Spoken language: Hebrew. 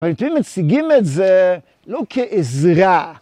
אבל אתם מציגים את זה לא כעזרה.